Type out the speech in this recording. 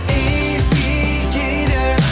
aviator